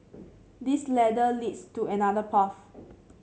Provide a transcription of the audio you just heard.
this ladder leads to another path